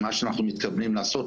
מה שאנחנו מתכוונים לעשות,